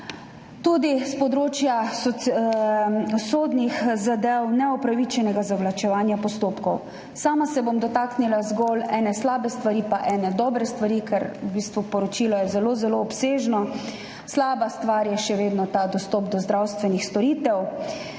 tudi področje sodnih zadev, neupravičenega zavlačevanja postopkov. Sama se bom dotaknila zgolj ene slabe stvari pa ene dobre stvari, ker je poročilo zelo zelo obsežno. Slaba stvar je še vedno dostop do zdravstvenih storitev,